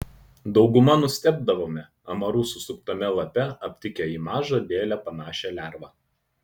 dauguma nustebdavome amarų susuktame lape aptikę į mažą dėlę panašią lervą